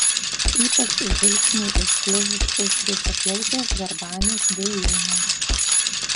ypač žvilgsniui užkliuvus už šviesiaplaukės garbanės vėjūnės